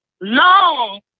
Long